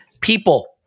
people